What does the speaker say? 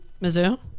Mizzou